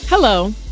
Hello